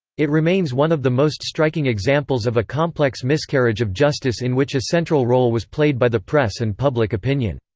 it remains one of the most striking examples of a complex miscarriage of justice in which a central role was played by the press and public opinion.